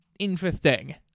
Interesting